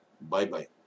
Bye-bye